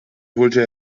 holte